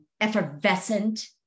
effervescent